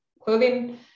clothing